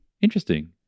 interesting